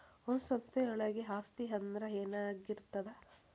ಒಂದು ಸಂಸ್ಥೆಯೊಳಗ ಆಸ್ತಿ ಅಂದ್ರ ಏನಾಗಿರ್ತದ?